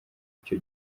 icyo